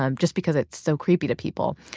um just because it's so creepy to people.